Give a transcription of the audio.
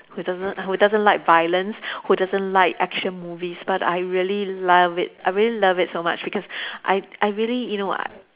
who doesn't who doesn't like violence who doesn't like action movies but I really love it I really love it so much because I I really you know uh